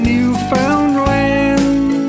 Newfoundland